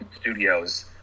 studios